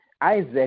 Isaac